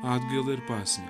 atgailą ir pasninką